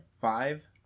Five